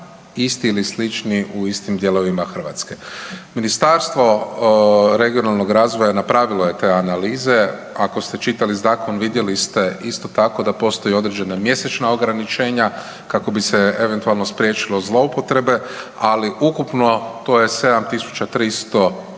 isti ili slični u istim dijelovima Hrvatske. Ministarstvo regionalnog razvoja napravilo je te analize. Ako ste čitali zakon vidjeli ste isto tako da postoje određena mjesečna ograničenja kako bi se eventualno spriječilo zloupotrebe, ali ukupno to je 7300